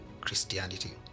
Christianity